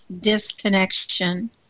disconnection